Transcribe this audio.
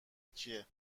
کیه